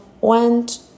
went